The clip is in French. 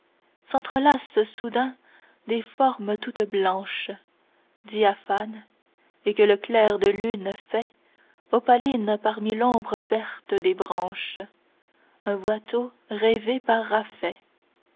s'entrelacent soudain des formes toutes blanches diaphanes et que le clair de lune fait opalines parmi l'ombre verte des branches un watteau rêvé par